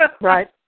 Right